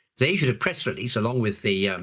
they issued a press release along with the